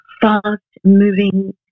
fast-moving